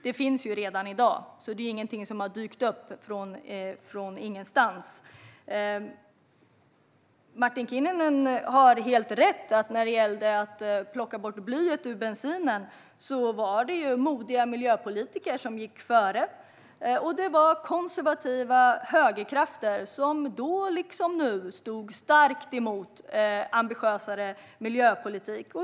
Det finns sådana redan i dag. Det är ingenting som har dykt upp från ingenstans. Martin Kinnunen har helt rätt. När man tog bort bly ur bensin var det ju modiga miljöpolitiker som gick före. Det var konservativa högerkrafter som då liksom nu var starkt emot en ambitiösare miljöpolitik.